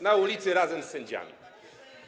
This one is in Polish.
Na ulicy razem z sędziami.